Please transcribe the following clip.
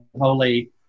Holy